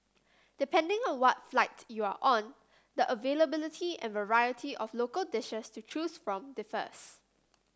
depending on what flight you are on the availability and variety of local dishes to choose from differs